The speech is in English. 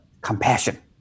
compassion